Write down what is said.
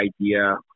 idea